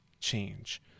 change